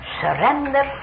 surrender